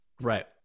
Right